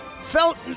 felt